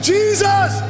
Jesus